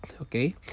okay